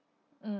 mm